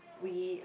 we